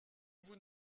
vous